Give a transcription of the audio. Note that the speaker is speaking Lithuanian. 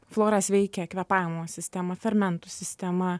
fluoras veikia kvėpavimo sistemą fermentų sistemą